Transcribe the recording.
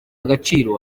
agaciro